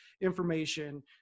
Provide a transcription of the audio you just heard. information